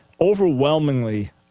overwhelmingly